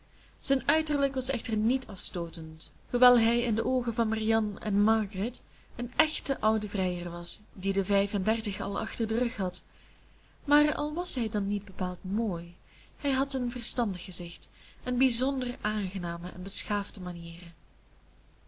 zijn uiterlijk was echter niet afstootend hoewel hij in de oogen van marianne en margaret een echte oude vrijer was die de vijf en dertig al achter den rug had maar al was hij dan niet bepaald mooi hij had een verstandig gezicht en bijzonder aangename en beschaafde manieren